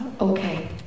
Okay